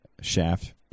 shaft